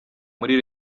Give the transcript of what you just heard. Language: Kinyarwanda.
muri